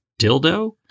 dildo